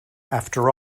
after